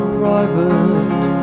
private